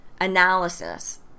analysis